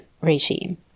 regime